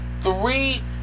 three